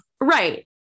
right